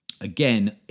Again